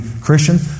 Christian